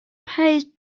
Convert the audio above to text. pays